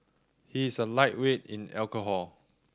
he is a lightweight in alcohol